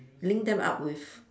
link them up with